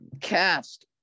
Cast